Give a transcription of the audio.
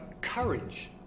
courage